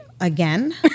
again